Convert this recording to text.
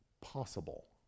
possible